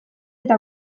eta